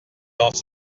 dans